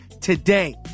today